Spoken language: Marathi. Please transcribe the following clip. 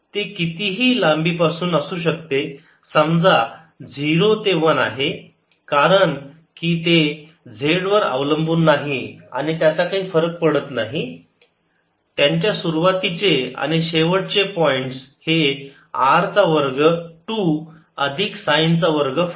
ते किती ही लांबी पासून असू शकते समजा 0 ते 1 आहे कारण की ते z वर अवलंबून नाही आणि त्याचा काही फरक पडत नाही त्यांच्या सुरुवाती चे आणि शेवट चे पॉईंट्स हे R चा वर्ग 2 अधिक साइन चा वर्ग फाय